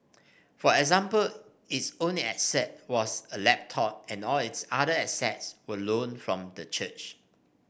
for example its only asset was a laptop and all its other assets were loaned from the church